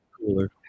cooler